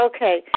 Okay